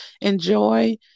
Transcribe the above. enjoy